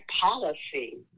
policy